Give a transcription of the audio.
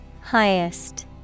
Highest